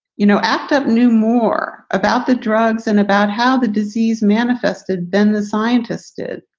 you know, active, knew more about the drugs and about how the disease manifested. then the scientists did.